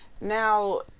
now